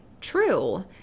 true